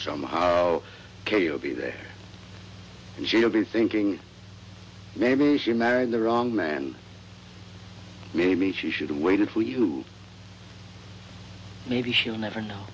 somehow k o b there and she'll be thinking maybe she married the wrong man maybe she should have waited for you maybe she'll never know